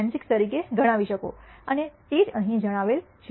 96 તરીકે ગણાવી શકો અને તે જ અહીં જણાવેલ છે